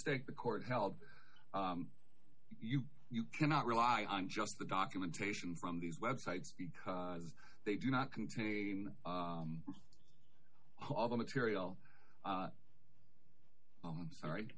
stake the court held you you cannot rely on just the documentation from these websites because they do not contain all the material all right